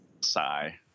Sigh